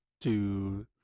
Two